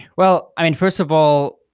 well i mean, first of all,